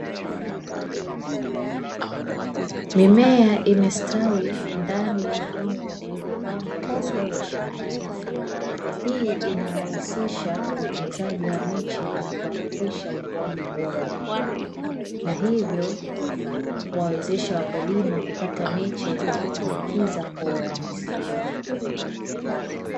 Mimea imestawi ndani ya vyombo vilivyopangwa vizuri shambani; hii inarahisisha utuzanji wa miche na kuhakikisha ukuaji bora na hivyo kuwawezesha wakulima kupata miche ya kupandikiza kwa urahisi.